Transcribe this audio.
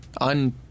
un